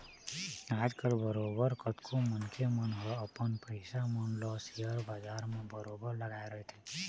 आजकल बरोबर कतको मनखे मन ह अपन पइसा मन ल सेयर बजार म बरोबर लगाए रहिथे